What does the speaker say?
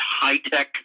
high-tech